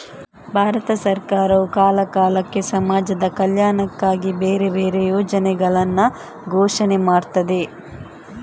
ಭಾರತ ಸರಕಾರವು ಕಾಲ ಕಾಲಕ್ಕೆ ಸಮಾಜದ ಕಲ್ಯಾಣಕ್ಕಾಗಿ ಬೇರೆ ಬೇರೆ ಯೋಜನೆಗಳನ್ನ ಘೋಷಣೆ ಮಾಡ್ತದೆ